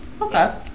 Okay